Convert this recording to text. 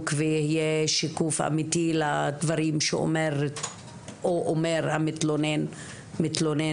ויהיה שיקוף אמיתי לדברים שאומרת או אומר המתלונן/מתלוננת.